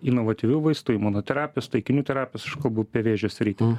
inovatyvių vaistų imunoterapijos taikinių terapijos aš kalbu apie vėžio sritį